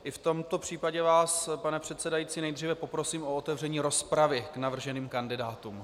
I v tomto případě vás, pane předsedající, nejdříve poprosím o otevření rozpravy k navrženým kandidátům.